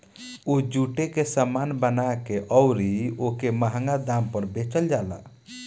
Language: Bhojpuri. उ जुटे के सामान बना के अउरी ओके मंहगा दाम पर बेचल जाला